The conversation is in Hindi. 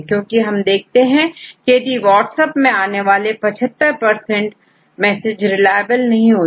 क्योंकि हम देखते हैं कि यदि व्हाट्सएप में आने वाले मैसेज75 रिलाएबल नहीं होते